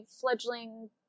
fledgling